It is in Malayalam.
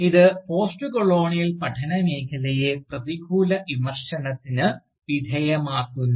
ഇത് പോസ്റ്റ്കൊളോണിയൽ പഠന മേഖലയെ പ്രതികൂല വിമർശനത്തിന് വിധേയമാക്കുന്നു